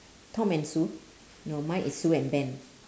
tom and sue no mine is sue and ben